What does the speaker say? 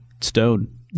stone